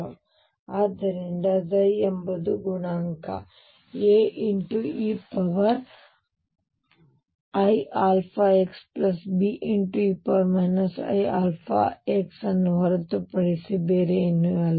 ಮತ್ತು ಆದ್ದರಿಂದ ψ ಎಂಬುದು ಗುಣಾಂಕ AeiαxBe iαx ಅನ್ನು ಹೊರತುಪಡಿಸಿ ಏನೂ ಅಲ್ಲ